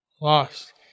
lost